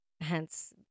hence